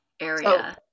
area